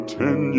ten